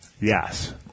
Yes